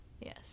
Yes